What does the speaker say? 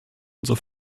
unser